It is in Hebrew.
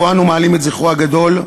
שבו אנו מעלים את זכרו הגדול,